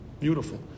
Beautiful